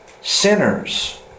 sinners